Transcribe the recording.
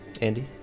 Andy